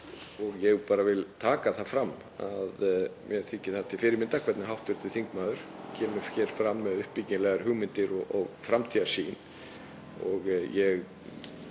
Ég vil taka það fram að mér þykir til fyrirmyndar hvernig hv. þingmaður kemur hér fram með uppbyggilegar hugmyndir og framtíðarsýn. Mér